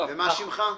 דן, ומה שמך?